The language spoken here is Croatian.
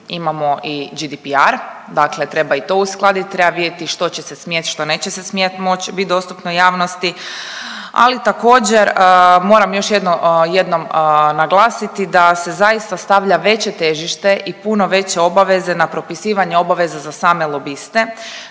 Imamo i GDPR, dakle treba i to uskladiti, treba vidjeti što će se smjet, što neće se smjet moć bit dostupno javnosti, ali također, moram još jednom naglasiti da se zaista stavlja veće težište i puno veće obaveze na propisivanje obaveza za same lobiste